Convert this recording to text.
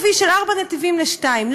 הצרה כביש של ארבעה נתיבים לשניים.